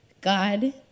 God